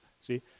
See